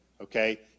Okay